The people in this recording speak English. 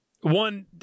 One